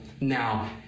Now